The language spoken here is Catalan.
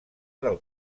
del